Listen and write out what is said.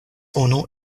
unu